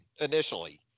initially